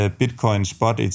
bitcoin-spot